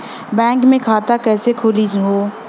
Bank मे खाता कईसे खुली हो?